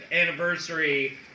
anniversary